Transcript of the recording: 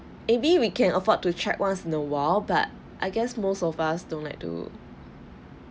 maybe we can afford to check once in awhile but I guess most of us don't like to